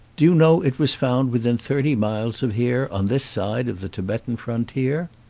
do you know it was found within thirty miles of here, on this side of the tibetan frontier?